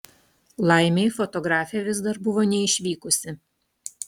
laimei fotografė vis dar buvo neišvykusi